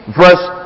verse